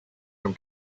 from